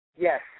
yes